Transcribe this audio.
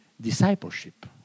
discipleship